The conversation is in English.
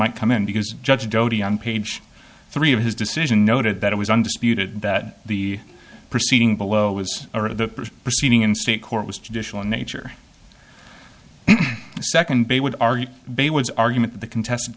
might come in because judge dodie on page three of his decision noted that it was undisputed that the proceeding below was or the proceeding in state court was judicial in nature second bay would argue bay was argument the contest